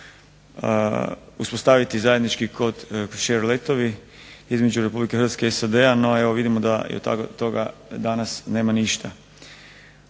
uspostaviti zajednički …/Ne razumije se./… letovi između Republike Hrvatske i SAD-a, no evo vidimo da od toga do danas nema ništa.